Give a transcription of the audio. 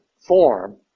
form